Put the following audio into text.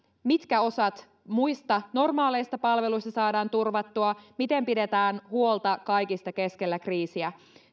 mitkä osat muista normaaleista palveluista saadaan turvattua miten pidetään huolta kaikista keskellä kriisiä